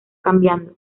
cambiando